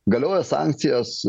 galioja sankcijos